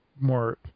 more